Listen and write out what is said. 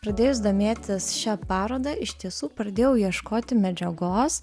pradėjus domėtis šia paroda iš tiesų pradėjau ieškoti medžiagos